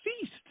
feast